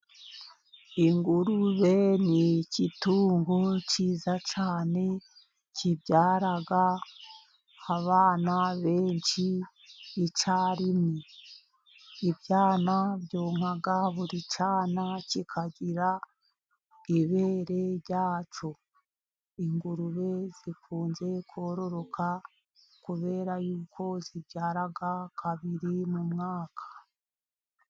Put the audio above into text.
Ingurube ni igitungo cyiza cyane kibyara abana benshi icyarimwe. Ibyana byonka buri cyana kigira ibere ryacyo. Ingurube zikunze kororoka kubera yuko zibyara kabiri mu mwaka.